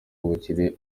ubukire